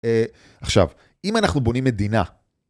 אה, עכשיו, אם אנחנו בונים מדינה...